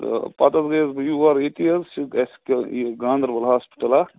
تہٕ پَتہٕ حظ گٔیَس بہٕ یور ییٚتی حظ یہِ گٔیَس یہِ گانٛدَربَل ہاسپِٹَل اَکھ